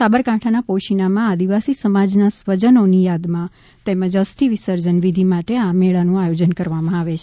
સાબરકાંઠાના પોશીનામાં આદિવાસી સમાજના સ્વજનોની યાદમાં તેમજ અસ્થિ વિસર્જન વિધી માટે આ મેળાનું આયોજન કરવામાં આવે છે